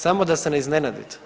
Samo da se ne iznenadite.